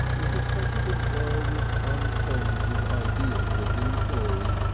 the prospective employer would unfold his ideals of the employee.